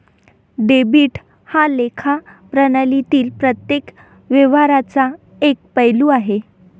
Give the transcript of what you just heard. debit हा लेखा प्रणालीतील प्रत्येक व्यवहाराचा एक पैलू आहे